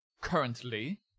currently